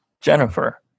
Jennifer